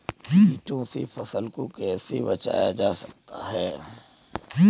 कीटों से फसल को कैसे बचाया जा सकता है?